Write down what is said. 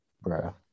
bro